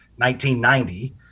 1990